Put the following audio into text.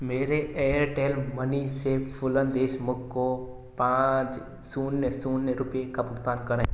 मेरे Airtel money से फूलन देशमुख को पाँच शून्य शून्य रुपये का भुगतान करें